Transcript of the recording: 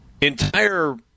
Entire